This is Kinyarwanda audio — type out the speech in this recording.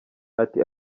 ati